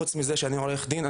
חוץ מזה שאני עורך דין,